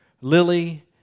Lily